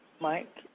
Mike